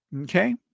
Okay